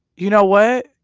you know what?